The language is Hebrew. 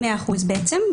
100% בעצם.